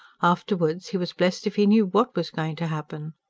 afterwards, he was blessed if he knew what was going to happen.